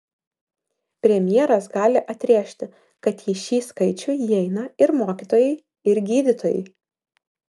premjeras gali atrėžti kad į šį skaičių įeina ir mokytojai ir gydytojai